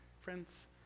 friends